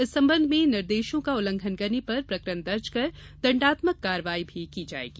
इस संबंध में निर्देशों का उल्लंघन करने पर प्रकरण दर्ज कर दंडात्मक कार्यवाही भी की जायेगी